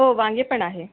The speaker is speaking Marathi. हो वांगे पण आहे